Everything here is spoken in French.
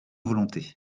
volontés